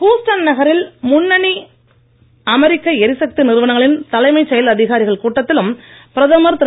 Houston நகரில் முன்னணி அமெரிக்க எரிசக்தி நிறுவனங்களின் தலைமை செயல் அதிகாரிகள் கூட்டத்திலும் பிரதமர் திரு